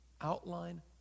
outline